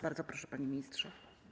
Bardzo proszę, panie ministrze.